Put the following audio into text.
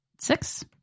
Six